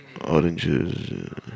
oranges